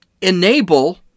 enable